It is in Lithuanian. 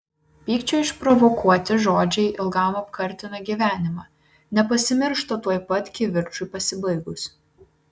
pykčio išprovokuoti žodžiai ilgam apkartina gyvenimą nepasimiršta tuoj pat kivirčui pasibaigus